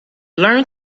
learn